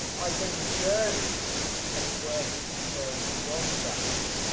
i then journeyed as it were, to peterborough, and beyond that,